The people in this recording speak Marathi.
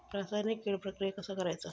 रासायनिक कीड प्रक्रिया कसा करायचा?